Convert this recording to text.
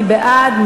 מי בעד?